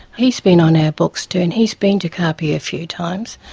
he's been on our books too and he's been to caaapu a few times,